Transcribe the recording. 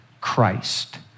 Christ